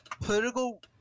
Political